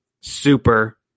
super